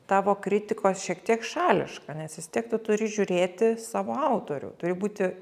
tavo kritikos šiek tiek šališka nes vis tiek tu turi žiūrėti savo autorių turi būti